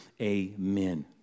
amen